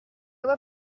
voix